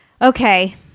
Okay